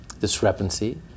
discrepancy